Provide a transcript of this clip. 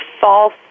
false